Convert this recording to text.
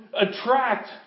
attract